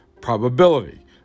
probability